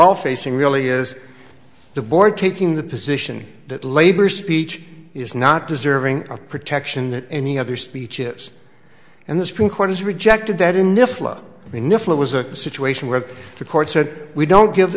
all facing really is the board taking the position that labor speech is not deserving of protection that any other speech is and the supreme court has rejected that in the flood i mean if it was a situation where the court said we don't give